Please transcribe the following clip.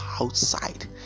outside